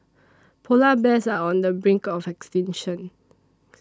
Polar Bears are on the brink of extinction